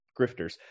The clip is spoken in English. grifters